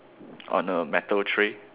on a metal tray